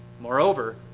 Moreover